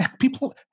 People